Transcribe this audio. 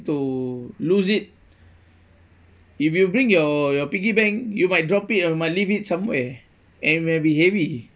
to lose it if you bring your your piggy bank you might drop it or might leave it somewhere and might be heavy